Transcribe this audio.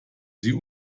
sie